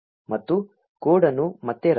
ಮತ್ತು ಕೋಡ್ ಅನ್ನು ಮತ್ತೆ ರನ್ ಮಾಡಿ